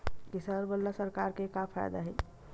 किसान मन ला सरकार से का फ़ायदा हे?